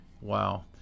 Wow